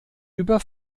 über